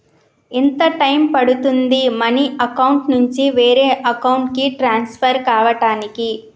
ఎంత టైం పడుతుంది money account నుంచి వేరే అకౌంట్ కి ట్రాన్స్ఫర్ కావటానికి?